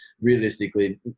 realistically